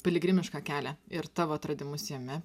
piligrimišką kelią ir tavo atradimus jame